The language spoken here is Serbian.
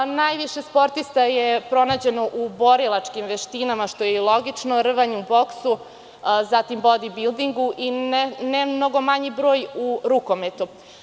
Najviše sportista je pronađeno u borilačkim veštinama, što je i logično, u rvanju, boksu, zatim bodibildingu i ne mnogo manji broj u rukometu.